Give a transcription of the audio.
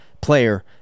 player